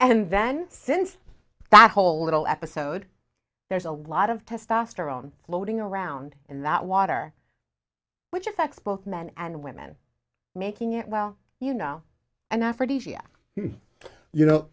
and then since that whole little episode there's a lot of testosterone floating around in that water which affects both men and women making it well you know an